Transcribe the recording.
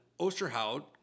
Osterhout